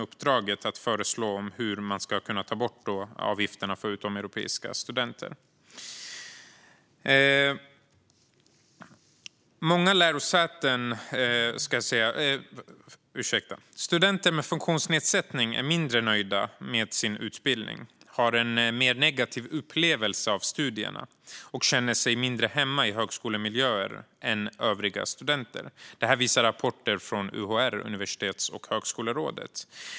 Uppdraget ska vara att föreslå på vilket sätt avgifterna för utomeuropeiska studenter ska kunna tas bort. Studenter med funktionsnedsättning är mindre nöjda med sin utbildning, har en mer negativ upplevelse av studierna och känner sig mindre hemma i högskolemiljöer än övriga studenter. Det visar en rapport från UHR, Universitets och högskolerådet.